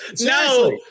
No